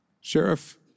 Sheriff